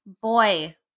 boy